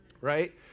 right